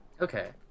Okay